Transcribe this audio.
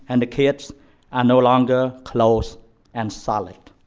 and the kids are no longer close and solid.